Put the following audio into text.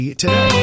today